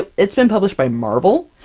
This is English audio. it's been published by marvel,